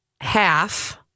half